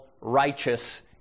righteous